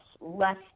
less